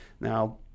Now